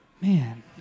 Man